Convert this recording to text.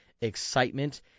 excitement